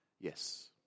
Yes